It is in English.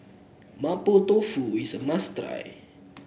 Mapo Tofu is a must try